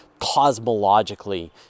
cosmologically